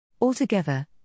Altogether